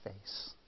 face